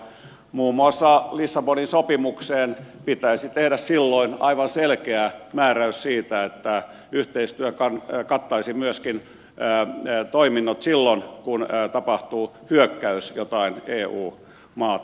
muun muassa lissabonin sopimukseen pitäisi tehdä silloin aivan selkeä määräys siitä että yhteistyö kattaisi myöskin toiminnot silloin kun tapahtuu hyökkäys jotain eu maata kohtaan